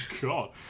god